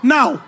Now